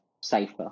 safer